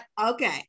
okay